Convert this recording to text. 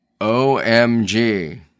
OMG